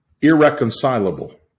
irreconcilable